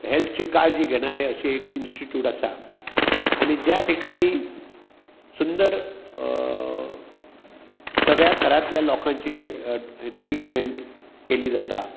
health ची काळजी घेणारे एक हेल्थ इंन्स्टिट्यूट आसा आनी ज्या ठिकाणी सुंदर सगळ्या थरांतल्या लोकांची ट्रिटमेंट केली जाता